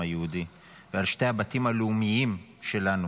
היהודי ועל שני הבתים הלאומיים שלנו